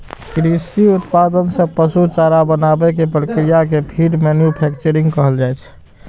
कृषि उत्पाद सं पशु चारा बनाबै के प्रक्रिया कें फीड मैन्यूफैक्चरिंग कहल जाइ छै